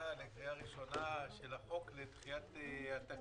לקריאה הראשונה של הצעת החוק לדחיית התקציב.